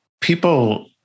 people